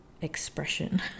expression